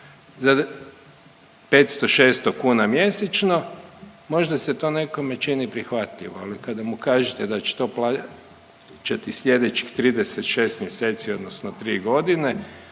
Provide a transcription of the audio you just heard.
za 500, 600 kuna mjesečno, možda se to nekome čini prihvatljivo, ali kada mu kažete da će to plaćati slijedećih 36 mjeseci odnosno 3 godine,